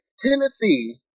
Tennessee